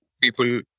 people